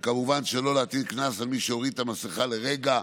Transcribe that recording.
וכמובן שלא להטיל קנס על מי שהוריד את המסכה לרגע,